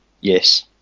Yes